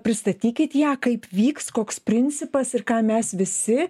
pristatykit ją kaip vyks koks principas ir ką mes visi